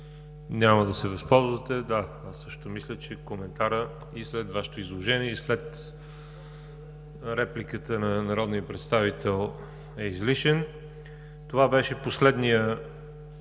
няма да се възползвате. Аз също мисля, че коментарът и след Вашето изложение, и след репликата на народния представител, е излишен. Това беше последният